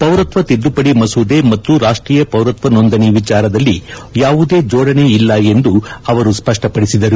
ಪೌರತ್ತ ತಿದ್ಲುಪಡಿ ಮಸೂದೆ ಮತ್ತು ರಾಷ್ಷೀಯ ಪೌರತ್ವ ನೋಂದಣಿ ವಿಚಾರದೆಲ್ಲಿ ಯಾವುದೇ ಜೋಡಣೆ ಇಲ್ಲ ಎಂದು ಅವರು ಸ್ವಷ್ಪಪಡಿಸಿದರು